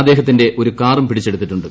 അദ്ദേഹത്തിന്റെ ഒരു കാറും പിടിച്ചെടുത്തിട്ടുണ്ട്